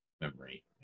memory